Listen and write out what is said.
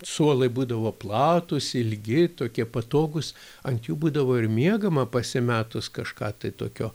suolai būdavo platūs ilgi tokie patogūs ant jų būdavo ir miegama pasimetus kažką tai tokio